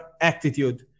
attitude